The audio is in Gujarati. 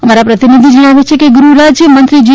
અમારા પ્રતિનિધિ જણાવે છે કે ગૃહરાજ્ય મંત્રી જી